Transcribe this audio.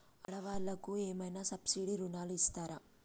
ఆడ వాళ్ళకు ఏమైనా సబ్సిడీ రుణాలు ఇస్తారా?